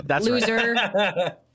loser